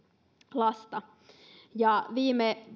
lasta viime